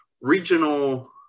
regional